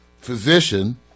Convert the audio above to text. physician –